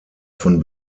von